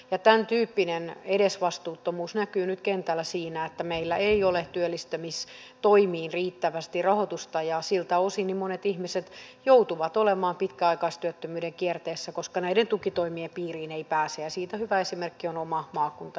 ja tämäntyyppinen edesvastuuttomuus näkyy nyt kentällä siinä että meillä ei ole työllistämistoimiin riittävästi rahoitusta ja siltä osin monet ihmiset joutuvat olemaan pitkäaikaistyöttömyyden kierteessä koska näiden tukitoimien piiriin ei pääse ja siitä hyvä esimerkki on oma maakuntani satakunta